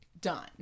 done